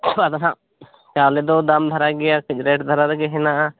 ᱟᱫᱚ ᱱᱟᱦᱟᱜ ᱪᱟᱣᱞᱮ ᱫᱚ ᱫᱟᱢ ᱫᱷᱟᱨᱟ ᱜᱮᱭᱟ ᱥᱮᱠᱴᱮᱨ ᱫᱷᱟᱨᱟ ᱨᱮᱜᱮ ᱦᱮᱱᱟᱜᱼᱟ